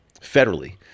federally